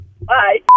Bye